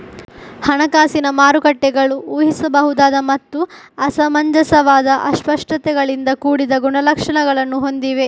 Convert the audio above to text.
ಹಣಕಾಸಿನ ಮಾರುಕಟ್ಟೆಗಳು ಊಹಿಸಬಹುದಾದ ಮತ್ತು ಅಸಮಂಜಸವಾದ ಅಸ್ಪಷ್ಟತೆಗಳಿಂದ ಕೂಡಿದ ಗುಣಲಕ್ಷಣಗಳನ್ನು ಹೊಂದಿವೆ